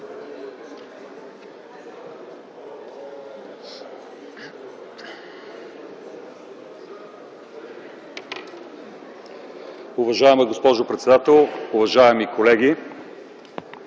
Уважаема госпожо председател, уважаеми колеги!